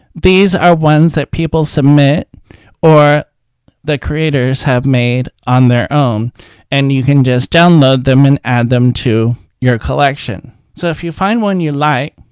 these are ones people submit or the creators have made on their own and you can just download them and add them to your collection so if you find one you like,